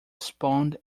spawned